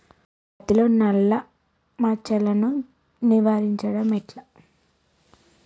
పత్తిలో నల్లా మచ్చలను నివారించడం ఎట్లా?